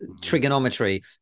Trigonometry